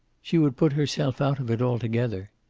she would put herself out of it altogether.